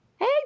Hey